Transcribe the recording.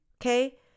Okay